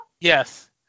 Yes